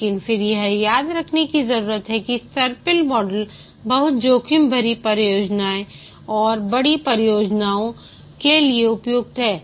लेकिन फिर यह याद रखने की जरूरत है कि सर्पिल स्पाइरल मॉडल बहुत जोखिम भरी परियोजनाओं और बड़ी परियोजनाओं के लिए उपयुक्त है